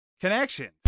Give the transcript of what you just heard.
connection